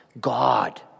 God